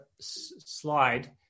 slide